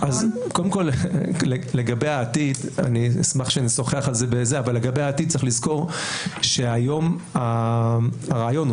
לגבי העתיד צריך לזכור שהרעיון הוא